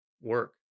work